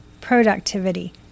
productivity